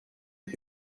iri